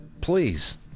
please